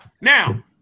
Now